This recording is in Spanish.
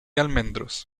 almendros